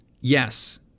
yes